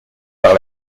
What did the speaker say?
par